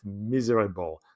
miserable